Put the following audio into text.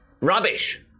rubbish